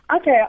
Okay